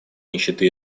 нищеты